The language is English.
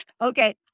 Okay